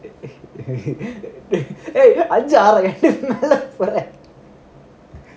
ஏய் அஞ்சு ஆகல:yei anju agala